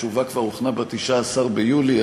התשובה הוכנה כבר ב-19 ביולי,